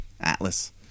atlas